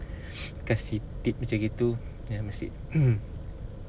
kasih tip macam gitu